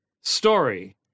story